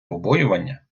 побоювання